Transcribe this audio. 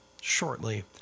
shortly